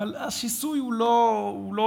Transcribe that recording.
אבל השיסוי הוא לא הכרחי,